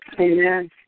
Amen